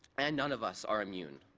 and none of us are immune.